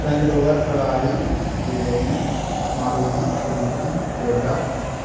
range Rover Ferrari G wagon Maruti Suzuki Toyota